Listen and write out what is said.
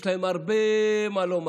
תשובתו.